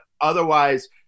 otherwise